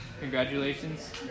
Congratulations